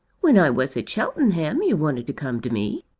when i was at cheltenham you wanted to come to me.